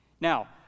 Now